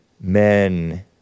men